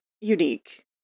unique